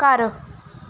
ਘਰ